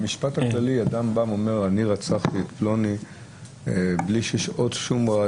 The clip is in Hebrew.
במשפט הפלילי כאשר אדם בא ואומר שהוא רצח את פלוני בלי שיש ראיות,